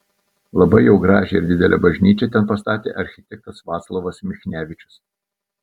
labai jau gražią ir didelę bažnyčią ten pastatė architektas vaclovas michnevičius